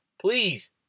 please